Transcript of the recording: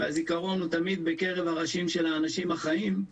הזיכרון הוא תמיד בקרב הראשים של האנשים החיים,